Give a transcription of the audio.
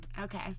Okay